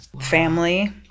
family